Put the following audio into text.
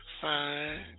Fine